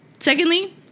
Secondly